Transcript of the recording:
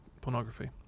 pornography